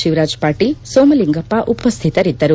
ಶಿವರಾಜ ಪಾಟೀಲ್ ಸೋಮಲಿಂಗಪ್ಪ ಉಪಸ್ಟಿತರಿದ್ದರು